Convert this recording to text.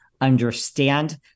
understand